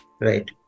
Right